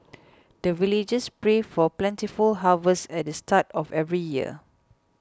the villagers pray for plentiful harvest at the start of every year